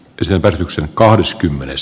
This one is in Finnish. kyselevät yksin kahdeskymmenes